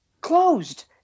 Closed